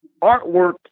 artwork